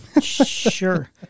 Sure